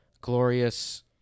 glorious